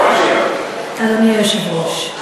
אדוני היושב-ראש,